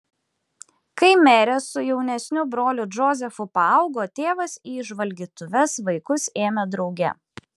kai merė su jaunesniu broliu džozefu paaugo tėvas į žvalgytuves vaikus ėmė drauge